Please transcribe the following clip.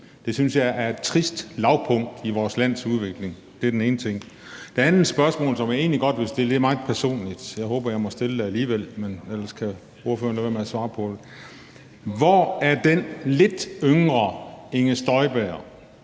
Det synes jeg er et trist lavpunkt i vores lands udvikling. Det er den ene ting. Det andet spørgsmål, som jeg egentlig godt vil stille, er meget personligt, og jeg håber, jeg må stille det alligevel, men ellers kan ordføreren lade være med at svare på det: Hvor er den lidt yngre Inger Støjberg,